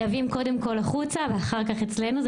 מייבאים קודם כל החוצה ואחר כך אצלנו.